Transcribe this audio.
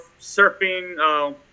surfing